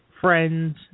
friends